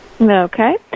Okay